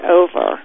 over